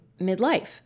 midlife